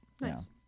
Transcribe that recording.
Nice